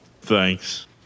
Thanks